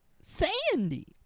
Sandy